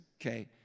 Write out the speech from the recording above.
okay